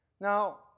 Now